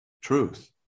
truth